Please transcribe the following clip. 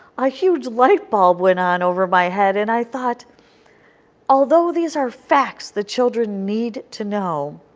a huge light bulb went on over my head, and i thought although these are facts the children need to know,